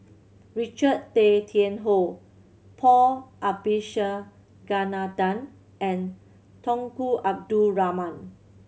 Richard Tay Tian Hoe Paul Abisheganaden and Tunku Abdul Rahman